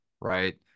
right